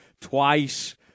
twice